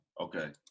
Okay